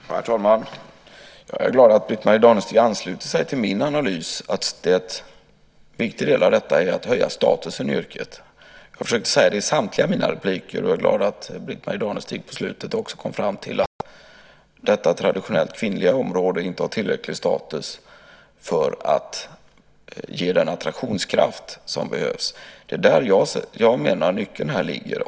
Herr talman! Jag är glad att Britt-Marie Danestig ansluter sig till min analys att en viktig del av detta är att höja statusen i yrket. Jag har försökt säga det i samtliga mina inlägg, och jag är glad att Britt-Marie Danestig på slutet också kom fram till att detta traditionellt kvinnliga område inte har tillräcklig status för att ge den attraktionskraft som behövs. Här menar jag att nyckeln ligger.